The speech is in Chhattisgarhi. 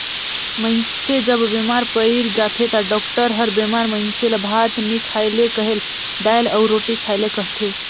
मइनसे जब बेमार पइर जाथे ता डॉक्टर हर बेमार मइनसे ल भात नी खाए ले कहेल, दाएल अउ रोटी खाए ले कहथे